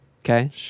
Okay